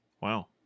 Wow